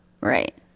Right